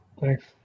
Thanks